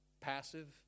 passive